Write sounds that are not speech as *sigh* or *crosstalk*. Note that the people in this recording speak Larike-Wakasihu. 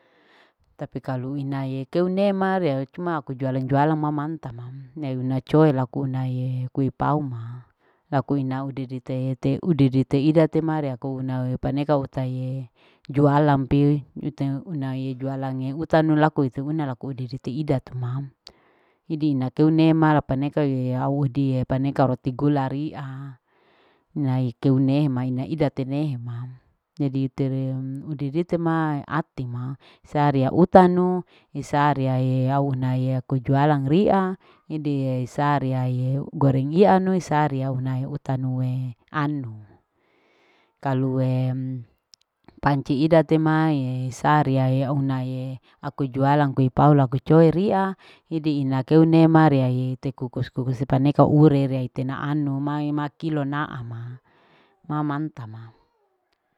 . Tapi kalu inae keu ne ma ria cuma aku jualang jualang ma manta mam, nei una coe, laku unae kui pau ma, laku ina au udi dite tehete ude dite ida tema ria aku unae paneka utaie jualang pi, ite unae jualange utanu laku ite una laku ude ida detu mam, hidie natunei ma la paneka au hidi la paneka roti gula ria, inae keu unehe maena idate nehe mam, jadi terem udi dite ma eati ma, isaa ria utanu, isaa riae au unae aku jualang ria, hidie isa ria ye egoreng ianu, isa ria hunae utanue anno, kalue panci *noise* ida te mae isa ria ohunae aku jualang kui pau laku coe ria hidi ina keu nema riae te kukus kukus upaneka ure ria ite naano mae ma kilo naama, ma manta *noise* ma